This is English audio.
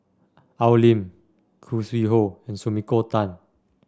Al Lim Khoo Sui Hoe and Sumiko Tan